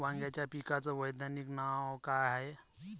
वांग्याच्या पिकाचं वैज्ञानिक नाव का हाये?